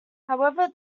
however